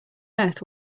earth